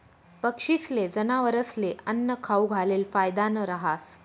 पक्षीस्ले, जनावरस्ले आन्नं खाऊ घालेल फायदानं रहास